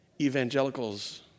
evangelicals